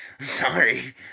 sorry